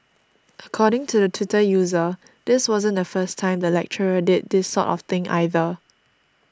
according to the Twitter user this wasn't the first time the lecturer did this sort of thing either